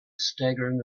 staggering